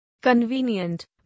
Convenient